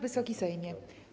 Wysoki Sejmie!